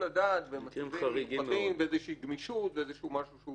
הדעת במצבים מיוחדים ואיזושהי גמישות או משהו שהוא